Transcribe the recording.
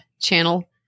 channel